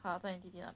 卡在 andy 哪